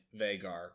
Vagar